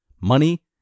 money